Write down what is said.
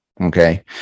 Okay